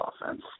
offense